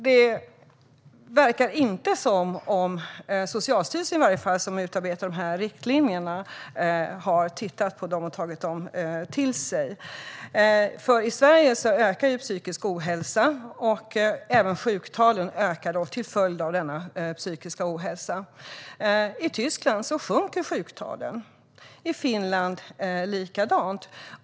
Det verkar inte som att Socialstyrelsen, som utarbetar riktlinjerna, har tittat på dessa skillnader och tagit dem till sig. I Sverige ökar psykisk ohälsa och även sjuktalen till följd av denna psykiska ohälsa. I Tyskland sjunker sjuktalen, och i Finland likaså.